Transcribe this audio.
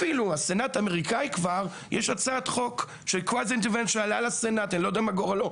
אפילו כבר יש הצעת חוק בסנאט האמריקאי אני לא יודע מה גורלה;